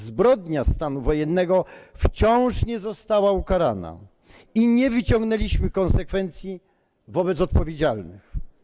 Zbrodnia stanu wojennego wciąż nie została ukarana i nie wyciągnęliśmy konsekwencji wobec odpowiedzialnych.